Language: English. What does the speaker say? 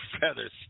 feathers